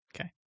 Okay